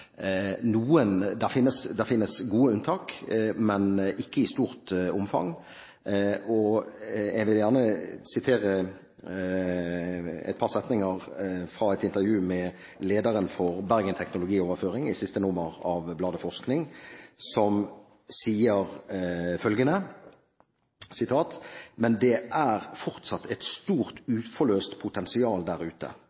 Det finnes gode unntak, men ikke i stort omfang. Jeg vil gjerne sitere et par setninger fra et intervju med lederen for Bergen Teknologioverføring i siste nummer av Bladet Forskning, som sier følgende: «Men det er fortsatt et stort